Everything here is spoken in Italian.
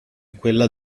quella